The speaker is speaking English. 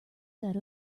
set